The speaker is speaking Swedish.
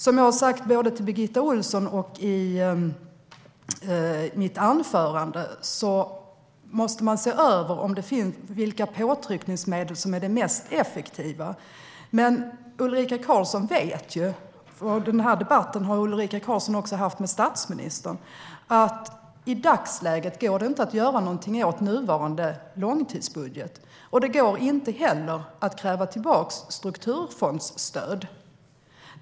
Som jag har sagt både till Birgitta Ohlsson och i mitt anförande: Man måste se över vilka påtryckningsmedel som är mest effektiva. Men Ulrika Karlsson vet ju - den debatten har Ulrika Karlsson haft också med statsministern - att det i dagsläget inte går att göra något åt nuvarande långtidsbudget, och det går inte heller att kräva tillbaka strukturfondsstöd.